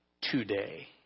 today